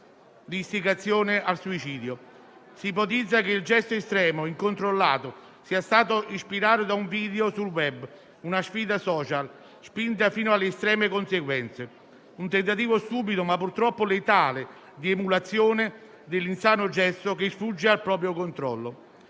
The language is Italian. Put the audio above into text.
istigazione al suicidio. Si ipotizza che il gesto estremo e incontrollato sia stato ispirato da un video sul *web*, una sfida *social* spinta fino alle estreme conseguenze. Un tentativo stupido, ma purtroppo letale di emulazione dell'insano gesto che sfugge al proprio controllo.